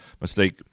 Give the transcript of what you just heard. mistake